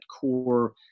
core